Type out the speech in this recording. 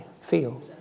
feel